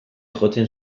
jotzen